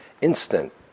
instant